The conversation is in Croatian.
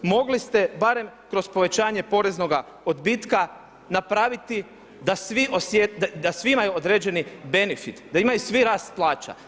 Mogli ste barem kroz povećanje poreznoga odbitka napraviti da svi osjete, da svi imaju određeni benefit, da imaju svi rast plaća.